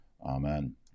Amen